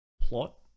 plot